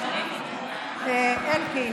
אלקין.